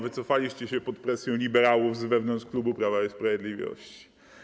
Wycofaliście się pod presją liberałów z klubu Prawa i Sprawiedliwości.